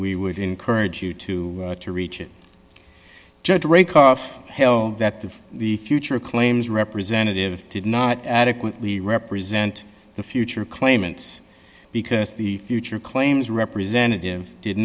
we would encourage you to to reach it judge rake off held that the the future claims representative did not adequately represent the future claimants because the future claims representative did